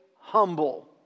humble